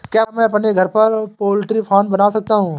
क्या मैं अपने घर पर पोल्ट्री फार्म बना सकता हूँ?